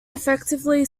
effectively